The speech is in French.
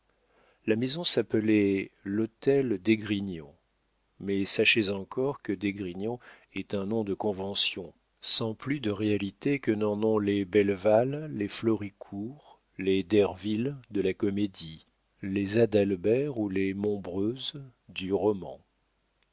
la maison s'appelait l'hôtel d'esgrignon mais sachez encore que d'esgrignon est un nom de convention sans plus de réalité que n'en ont les belval les floricour les derville de la comédie les adalbert ou les monbreuse du roman